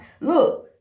Look